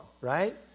right